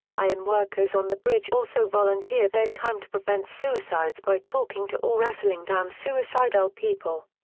ironworkers on the bridge also volunteer their time to prevent suicides by talking to or wrestling down suicidal people.